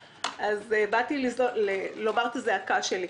באתי לומר את הזעקה שלי.